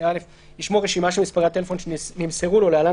(א) ישמור רשימה של מספרי הטלפון שנמסרו לו (להלן,